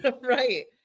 Right